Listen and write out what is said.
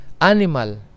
animal